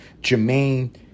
Jermaine